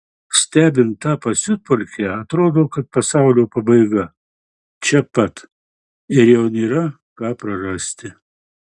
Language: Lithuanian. stebint tą pasiutpolkę atrodo kad pasaulio pabaiga čia pat ir jau nėra ką prarasti